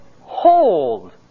hold